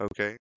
okay